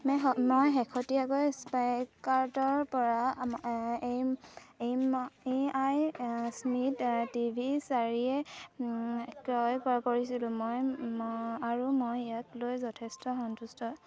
মে মই শেহতীয়াকৈ ফ্লিপ্পকাৰ্টৰপৰা M I smart T V চাৰি এ ক্ৰয় কৰিছিলোঁ মই আৰু মই ইয়াক লৈ যথেষ্ট সন্তুষ্ট